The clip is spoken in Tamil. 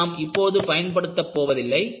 அதை நாம் இப்போது பயன்படுத்தப் போவதில்லை